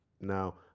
Now